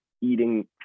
eating